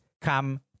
come